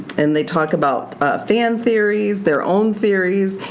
and they talk about fan theories, their own theories,